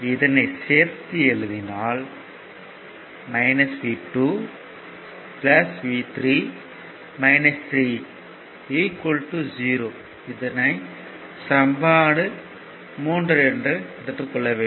இதனை சேர்த்து எழுதினால் V2 V3 3 0 என கிடைக்கும்